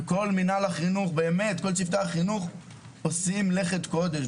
כל צוותי החינוך עושים באמת מלאכת קודש.